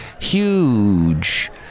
huge